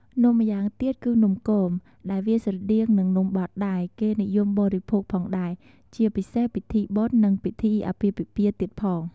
នំម្យ៉ាងទៀត គឺនំគម ដែលវាស្រដៀងនឹងនំបត់ ដែលគេនិយមបរិភោគផងដែរ ជាពិសេសពិធីបុណ្យ និងពីធីអាពាហ៍ពិពាហ៍ទៀតផង។